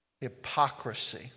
Hypocrisy